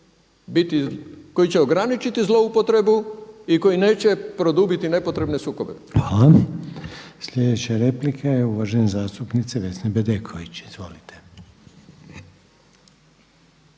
koji će ograničiti zloupotrebu i koji neće produbiti nepotrebne sukobe. **Reiner, Željko (HDZ)** Hvala. Sljedeća replika je uvažene zastupnice Vesne Bedeković. Izvolite.